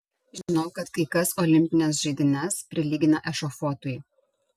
žinau kad kai kas olimpines žaidynes prilygina ešafotui